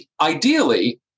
Ideally